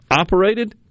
operated